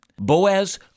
Boaz